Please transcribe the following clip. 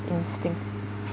instinct